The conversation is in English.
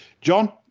John